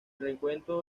recuento